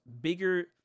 bigger